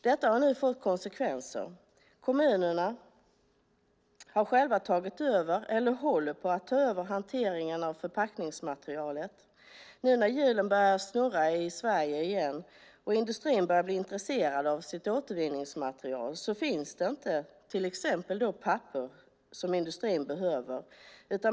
Konsekvensen har blivit att kommunerna själva har tagit över eller håller på att ta över hanteringen av förpackningsmaterialet. Nu när hjulen börjar snurra i Sverige igen och industrin börjar bli intresserad av sitt återvinningsmaterial finns till exempel inte det papper som industrin behöver.